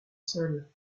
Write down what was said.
seules